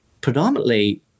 Predominantly